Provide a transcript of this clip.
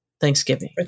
Thanksgiving